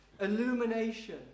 illumination